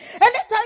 anytime